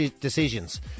decisions